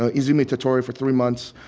ah izumi-tottori for three months.